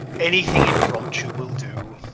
anything impromptu will do.